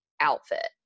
outfit